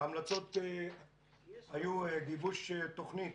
ההמלצות היו גיבוש תוכנית